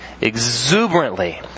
exuberantly